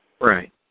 Right